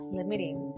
limiting